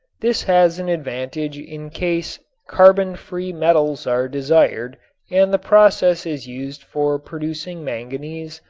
this has an advantage in case carbon-free metals are desired and the process is used for producing manganese,